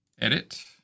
edit